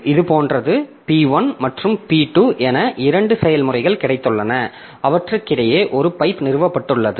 இது போன்றது P1 மற்றும் P2 என இரண்டு செயல்முறைகள் கிடைத்துள்ளன அவற்றுக்கிடையே ஒரு பைப் நிறுவப்பட்டுள்ளது